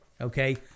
Okay